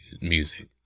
music